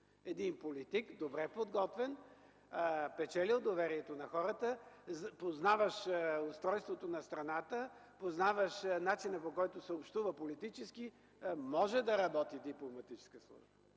Един политик, добре подготвен, печелил доверието на хората, познаващ устройството на страната, познаващ начина, по който се общува политически, може да работи дипломатическа служба.